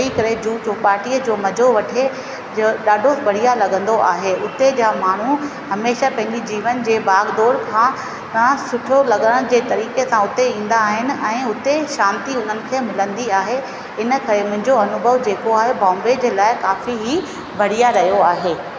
वेही करे जुहू चौपाटीअ जो मज़ो वठे ॾाढो बढ़िया लॻंदो आहे उते जा माण्हू हमेशह पंहिंजी जीवन जे बागडोर खां सुठो लॻनि जे तरीक़े सां उते ईंदा आहिनि ऐं उते शांती उन्हनि खे मिलंदी आहे इन करे मुंहिंजो अनुभव जेको आहे बॉम्बे जे लाइ काफ़ी ई बढ़िया रहियो आहे